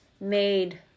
made